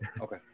okay